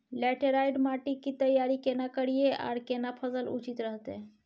Laterite माटी की तैयारी केना करिए आर केना फसल उचित रहते?